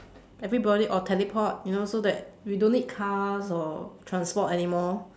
everybody or teleport you know so that we don't need cars or transport anymore